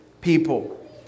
people